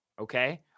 okay